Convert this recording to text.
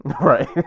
Right